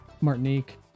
Martinique